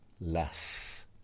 less